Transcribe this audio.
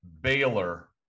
Baylor